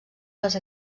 les